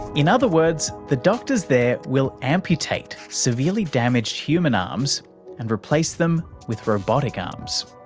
in other words, the doctors there will amputate severely damaged human arms and replace them with robotic arms.